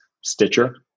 Stitcher